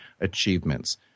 achievements